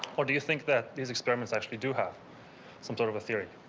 or do you think that these experiments actually do have some sort of a theory?